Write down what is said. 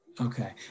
Okay